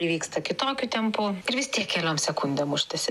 vyksta kitokiu tempu ir vis tiek keliom sekundėm užtęsi